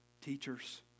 teachers